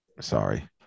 sorry